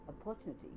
opportunity